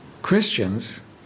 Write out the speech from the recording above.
Christians